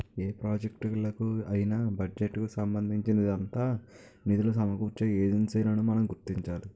ఏ ప్రాజెక్టులకు అయినా బడ్జెట్ కు సంబంధించినంత నిధులు సమకూర్చే ఏజెన్సీలను మనం గుర్తించాలి